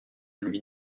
lui